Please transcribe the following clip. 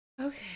okay